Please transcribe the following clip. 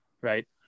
right